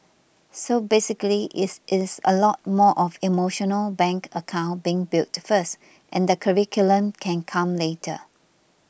so basically it is a lot more of emotional bank account being built first and the curriculum can come later